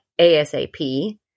ASAP